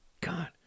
God